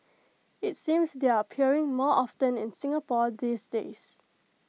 IT seems they're appearing more often in Singapore these days